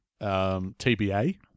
TBA